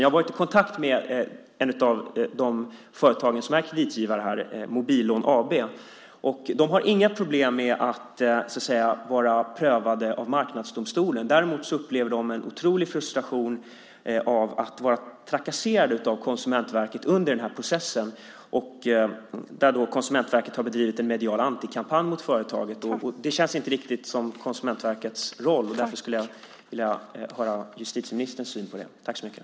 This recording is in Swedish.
Jag har varit i kontakt med ett av de företag som är kreditgivare, Mobillån Sverige AB. De har inga problem med att vara prövade av Marknadsdomstolen. Däremot upplever de en otrolig frustration av att vara trakasserade av Konsumentverket under processen. Konsumentverket har bedrivit en medial antikampanj mot företaget. Det känns inte riktigt som Konsumentverkets roll. Därför skulle jag vilja höra justitieministerns syn på det.